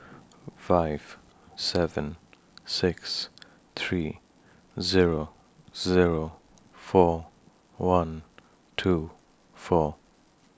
five seven six three Zero Zero four one two four